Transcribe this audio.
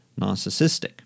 narcissistic